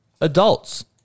Adults